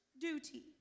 duty